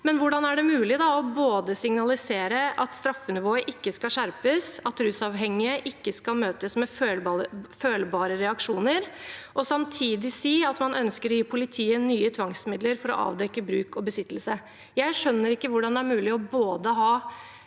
ha. Hvordan er det mulig både å signalisere at straffenivået ikke skal skjerpes og rusavhengige ikke møtes med følbare reaksjoner, og samtidig si at man ønsker å gi politiet nye tvangsmidler for å avdekke bruk og besittelse? Jeg skjønner ikke hvordan det er mulig både å